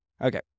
Okay